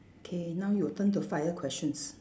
K now your turn to fire questions